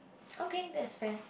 okay that is fair